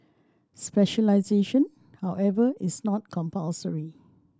specialisation however is not compulsory